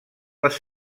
les